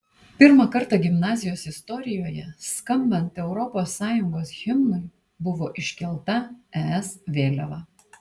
pirmą kartą gimnazijos istorijoje skambant europos sąjungos himnui buvo iškelta es vėliava